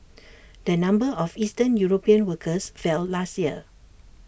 the number of eastern european workers fell last year